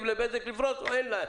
לבזק לפרוס או אין לה?